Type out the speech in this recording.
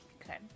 Okay